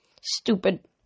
Stupid